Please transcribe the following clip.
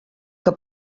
que